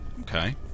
Okay